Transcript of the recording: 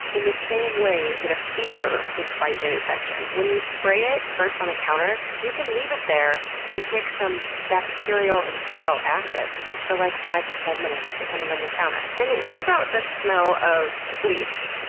in the same way that a fever would fight an infection. when you spray it first on the counter, you can leave it there to kick some bacterial and viral asses for like five to ten minutes, depending on your counter and what about the smell of bleach?